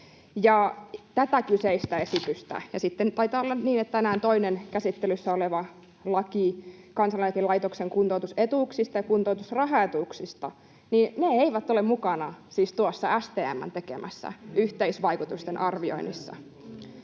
Tämä kyseinen esitys ja, taitaa olla niin, että toinenkin tänään käsittelyssä oleva, laki Kansaneläkelaitoksen kuntoutusetuuksista ja kuntoutusrahaetuuksista eivät ole siis mukana tuossa STM:n tekemässä yhteisvaikutusten arvioinnissa.